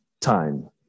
time